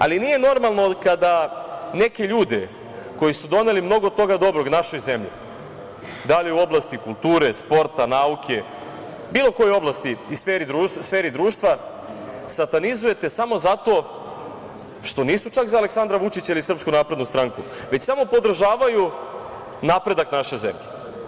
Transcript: Ali, nije normalno kada neke ljude koji su doneli mnogo toga dobrog našoj zemlji, da li u oblasti kulture, sporta, nauke, bilo koje oblasti i sferi društva, satanizujete samo zato što nisu čak za Aleksandra Vučića ili SNS, već samo podržavaju napredak naše zemlje.